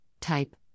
type